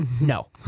No